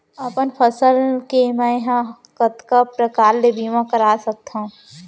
अपन फसल के मै ह कतका प्रकार ले बीमा करा सकथो?